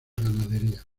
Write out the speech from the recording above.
ganadería